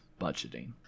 budgeting